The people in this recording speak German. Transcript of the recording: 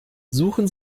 suchen